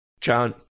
John